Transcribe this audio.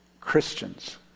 Christians